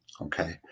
Okay